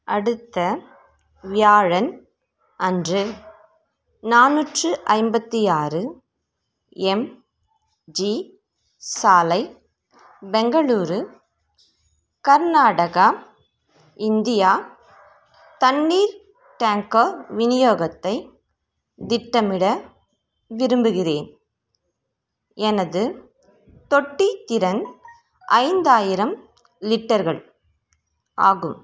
அடுத்த வியாழன் அன்று நானூற்று ஐம்பத்தி ஆறு எம்ஜி சாலை பெங்களூரு கர்நாடகா இந்தியா தண்ணீர் டேங்கர் விநியோகத்தை திட்டமிட விரும்புகிறேன் எனது தொட்டி திறன் ஐந்தாயிரம் லிட்டர்கள் ஆகும்